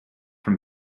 from